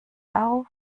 auf